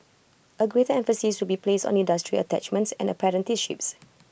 A greater emphasis will be placed on industry attachments and apprenticeships